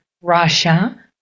Russia